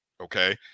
okay